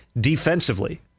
defensively